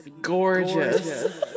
gorgeous